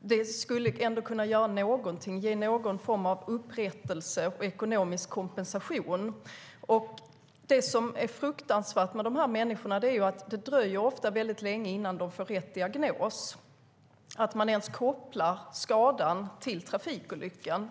det skulle ändå kunna göra någonting och ge någon form av upprättelse och ekonomisk kompensation. Det som är fruktansvärt för de här människorna är att det ofta dröjer länge innan de får rätt diagnos. Det kan dröja innan man ens kopplar skadan till trafikolyckan.